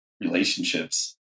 relationships